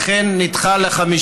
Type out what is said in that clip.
לכן זה נדחה ל-5